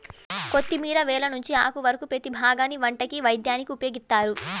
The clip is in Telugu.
కొత్తిమీర వేర్ల నుంచి ఆకు వరకు ప్రతీ భాగాన్ని వంటకి, వైద్యానికి ఉపయోగిత్తారు